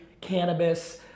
cannabis